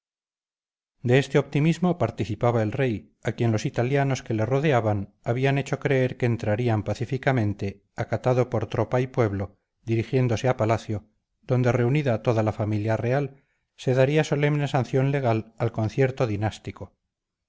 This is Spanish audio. de este optimismo participaba el rey a quien los italianos que le rodeaban habían hecho creer que entraría pacíficamente acatado por tropa y pueblo dirigiéndose a palacio donde reunida toda la real familia se daría solemne sanción legal al concierto dinástico